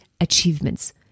achievements